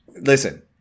Listen